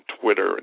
Twitter